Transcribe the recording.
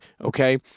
okay